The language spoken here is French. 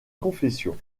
confession